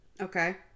Okay